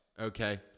okay